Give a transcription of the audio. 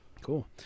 cool